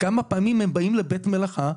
כמה פעמים הם באים לבית מלאכה,